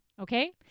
Okay